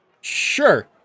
sure